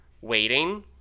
waiting